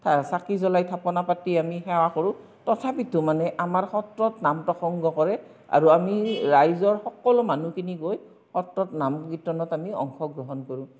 চাকি জ্বলাই থাপনা পাতি আমি সেৱা কৰোঁ তথাপিতো মানে আমাৰ সত্ৰত নাম প্ৰসংগ কৰে আৰু আমি ৰাইজৰ সকলো মানুহখিনি গৈ সত্ৰত নাম কীৰ্তনত আমি অংশগ্ৰহণ কৰোঁ